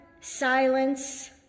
silence